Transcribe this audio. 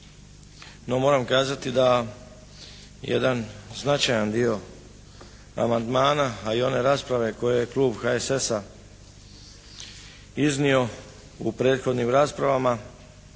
No, moram kazati da jedan značajan dio amandmana a i one rasprave koju je klub HSS-a iznio u prethodnim raspravama